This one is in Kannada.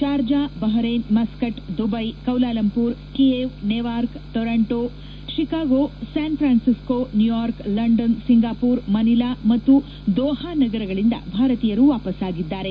Sharjah Bahrain Muscat Dubai Kuala Lumpur Kiev Newark Toronto Chicago San Francisco New York London Singapore Manila ಮತ್ತು ದೋಪ ನಗರಗಳಿಂದ ಭಾರತೀಯರು ವಾಪಸ್ ಆಗಿದ್ದಾರೆ